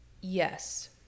Yes